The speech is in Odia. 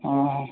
ହଁ ହଁ